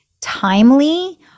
timely